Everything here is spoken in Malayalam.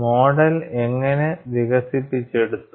മോഡൽ എങ്ങനെ വികസിപ്പിച്ചെടുത്തു